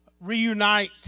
reunite